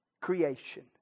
creation